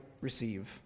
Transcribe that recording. receive